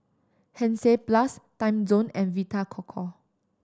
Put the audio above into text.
Hansaplast Timezone and Vita Coco